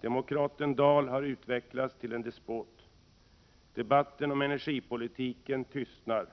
Demokraten Dahl har utvecklats till en 10 december 1987 despot. Debatten om energipolitiken tystnar.